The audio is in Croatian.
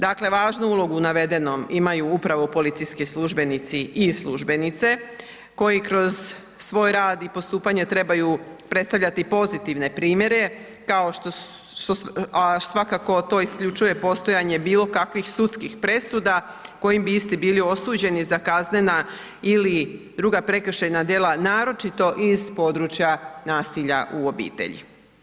Dakle važnu ulogu u navedenom imaju upravo policijski službenici i službenice koji kroz svoj rad i postupanje trebaju predstavljati pozitivne primjere, a svakako to isključuje postojanje bilo kakvih sudskih presuda kojim bi isti bili osuđeni za kaznena ili druga prekršajna djela, a naročito iz područja nasilja u obitelji.